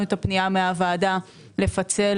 הפנייה נועדה לתגבור תכנית